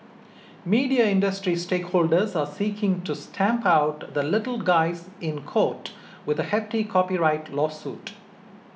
media industry stakeholders are seeking to stamp out the little guys in court with a hefty copyright lawsuit